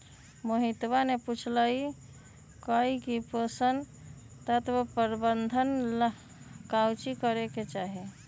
मोहितवा ने पूछल कई की पोषण तत्व प्रबंधन ला काउची करे के चाहि?